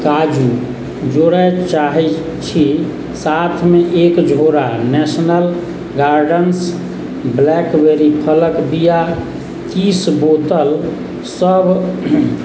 काजू जोड़य चाहि छी साथमे एक झोरा नैशनल गार्डन्स ब्लैकबेरी फलक बिआ तीस बोतलसभ